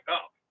up